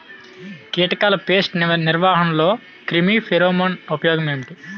కీటకాల పేస్ట్ నిర్వహణలో క్రిమి ఫెరోమోన్ ఉపయోగం